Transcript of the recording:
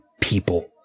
people